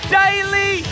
daily